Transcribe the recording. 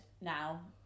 now